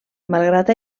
malgrat